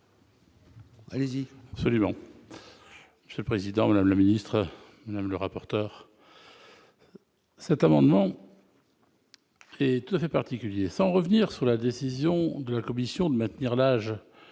Allez-y absolument ce président Madame la ministre, même le rapporteur, cet amendement est tout à fait particulier, sans revenir sur la décision de la commission de maintenir l'âge